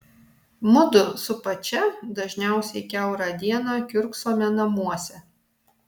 mudu su pačia dažniausiai kiaurą dieną kiurksome namuose